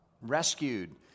rescued